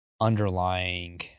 underlying